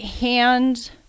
hand